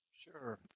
Sure